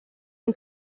non